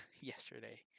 yesterday